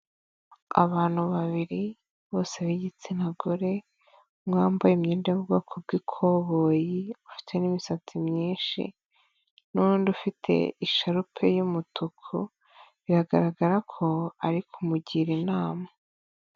Abantu babiri, bose b'igitsina gore umwe wambaye imyenda y'ubwoko bw'ikoboyi ufite n'imisatsi myinshi ,n'undi ufite isharupe y'umutuku, biragaragara ko ari kumugira inama.